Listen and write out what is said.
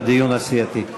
לדיון הסיעתי.